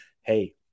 Hey